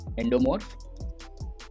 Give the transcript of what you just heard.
Endomorph